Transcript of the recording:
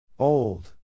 Old